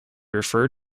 refer